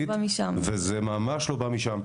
זה ממש לא בא משם.